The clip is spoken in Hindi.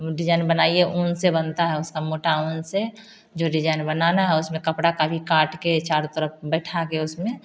डिजाईन बनाइए ऊन से बनता है उसका मोटा ऊन से जो डिजाईन बनाना है उसमें कपड़ा का भी काट के चारों तरफ बैठा के उसमें